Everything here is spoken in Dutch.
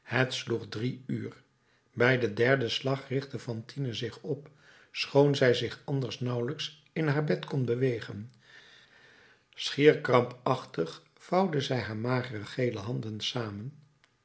sloeg drie uur bij den derden slag richtte fantine zich op schoon zij zich anders nauwelijks in haar bed kon bewegen schier krampachtig vouwde zij haar magere gele handen samen